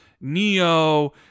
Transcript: Neo